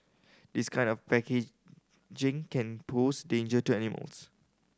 this kind of packaging can pose danger to animals